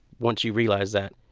once you realize that,